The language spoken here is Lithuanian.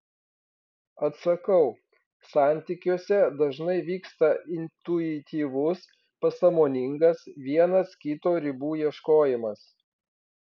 atsakau santykiuose dažnai vyksta intuityvus pasąmoningas vienas kito ribų ieškojimas